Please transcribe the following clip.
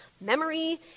Memory